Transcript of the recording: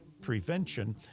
prevention